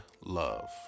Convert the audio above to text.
love